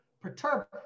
perturb